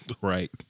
right